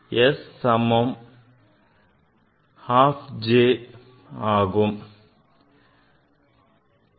p half and p 3 by 2